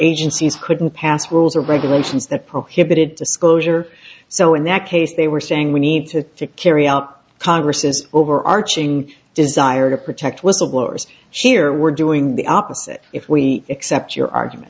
agencies couldn't pass rules or regulations that prohibited disclosure so in that case they were saying we need to carry out congress's overarching desire to protect whistleblowers cheer we're doing the opposite if we accept your argument